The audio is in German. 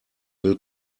will